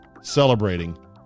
celebrating